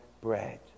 bread